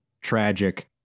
tragic